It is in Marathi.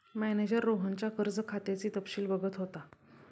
मॅनेजर रोहनच्या कर्ज खात्याचे तपशील बघत होता